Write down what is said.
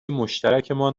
مشترکمان